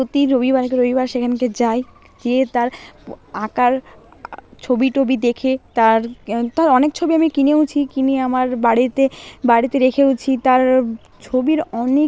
প্রতি রবিবারকে রবিবার সেখানকে যাই গিয়ে তার পো আঁকার ছবি টবি দেখে তার তার অনেক ছবি আমি কিনেওছি কিনে আমার বাড়িতে বাড়িতে রেখেওছি তার ছবির অনেক